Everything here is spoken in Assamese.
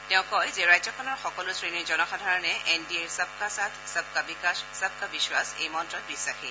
তেওঁ কয় যে ৰাজ্যখনৰ সকলো শ্ৰেণীৰ জনসাধাৰণে এন ডি এ ৰ চব কা চাথ চব কা বিকাশ চব কা বিশ্বাস এই মন্ত্ৰত বিশ্বাসী